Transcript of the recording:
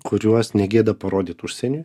kuriuos negėda parodyt užsieniui